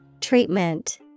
Treatment